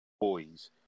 boys